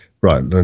right